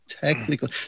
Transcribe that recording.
Technically